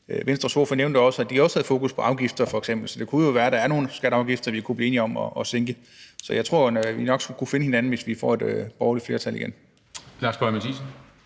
Venstres ordfører nævnte også, at de også havde fokus på f.eks. afgifter. Så det kunne jo være, at der var nogle skatter og afgifter vi kunne blive enige om at sænke. Så tror jeg jo nok, vi skulle kunne finde hinanden, hvis vi får et borgerligt flertal igen.